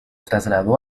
trasladó